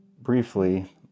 briefly